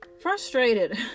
frustrated